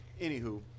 anywho